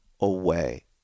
away